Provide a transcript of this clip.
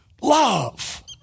Love